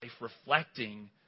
reflecting